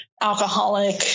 alcoholic